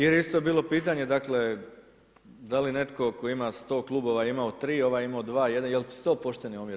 Jer je isto bilo pitanje dakle, da li netko tko ima 100 klubova ima tri, ovaj imao dva, je li su to pošteni omjeri?